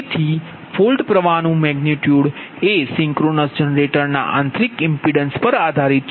તેથી ફોલ્ટ પ્ર્વાહ નુ મેગનિટયુડ એ સિંક્રોનસ જનરેટરના આંતરિક ઇમ્પિડિન્સ પર આધારિત છે